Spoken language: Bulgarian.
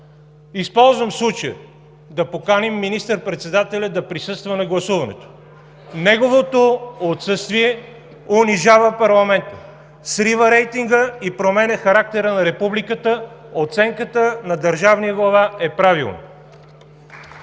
Използвам случая да поканим министър-председателя да присъства на гласуването. (Шум и реплики.) Неговото отсъствие унижава парламента, срива рейтинга и променя характера на републиката. Оценката на държавния глава е правилна.